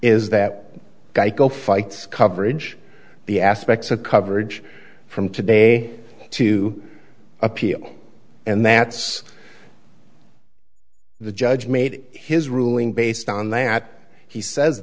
is that geico fights coverage the aspects of coverage from today to appeal and that's the judge made his ruling based on that he says